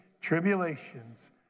tribulations